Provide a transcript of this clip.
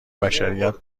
بشریت